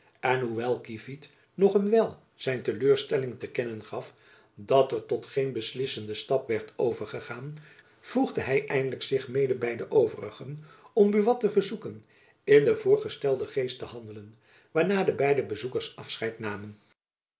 en hoewel kievit nog een wijl zijn teleurstelling te kennen gaf dat er tot geen beslissenden stap werd overgegaan voegde hy eindelijk jacob van lennep elizabeth musch zich mede by de overigen om buat te verzoeken in den voorgestelden geest te handelen waarna de beide bezoekers afscheid namen